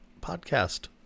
podcast